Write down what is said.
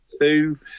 two